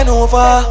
over